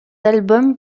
albums